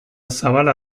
zabala